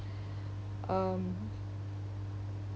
um